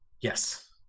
Yes